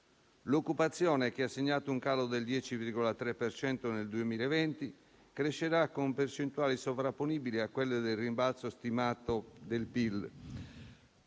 l'occupazione, che ha segnato un calo del 10,3 per cento nel 2020, crescerà con percentuali sovrapponibili a quelle del rimbalzo stimato del PIL,